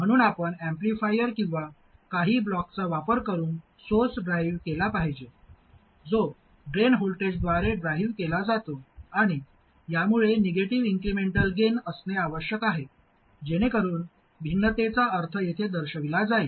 म्हणून आपण एम्पलीफायर किंवा काही ब्लॉकचा वापर करुन सोर्स ड्राईव्ह केला पाहिजे जो ड्रेन व्होल्टेजद्वारे ड्राईव्ह केला जातो आणि यामुळे निगेटिव्ह इन्क्रिमेंटल गेन असणे आवश्यक आहे जेणेकरून भिन्नतेचा अर्थ येथे दर्शविला जाईल